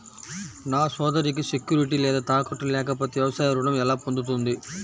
నా సోదరికి సెక్యూరిటీ లేదా తాకట్టు లేకపోతే వ్యవసాయ రుణం ఎలా పొందుతుంది?